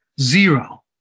zero